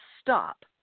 stop